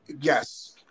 yes